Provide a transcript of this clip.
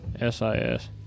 S-I-S